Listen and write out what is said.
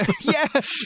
Yes